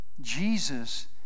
Jesus